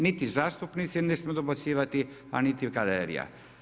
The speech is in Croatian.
Niti zastupnici ne smiju dobacivati a niti galerija.